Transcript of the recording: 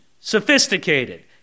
sophisticated